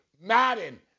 Madden